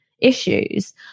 issues